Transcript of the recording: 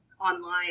online